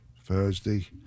Thursday